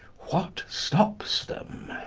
what stops them?